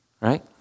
right